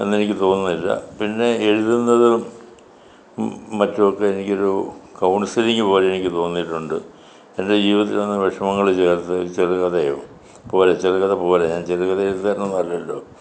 എന്നെനിക്ക് തോന്നുന്നില്ല പിന്നെ എഴുതുന്നതും മറ്റുമൊക്കെ എനിക്കൊരു കൗൺസിലിങ് പോലെ എനിക്ക് തോന്നിയിട്ടുണ്ട് എൻ്റെ ജീവിതത്തിൽ നടന്ന വിഷമങ്ങൾ ചേർത്ത് ഒരു ചെറുകഥയോ അപ്പോൾ ചെറുകഥ പോലെ ഞാൻ ചെറുകഥാ എഴുത്തുകാരനൊന്നും അല്ലല്ലോ